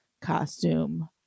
costume